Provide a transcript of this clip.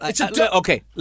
Okay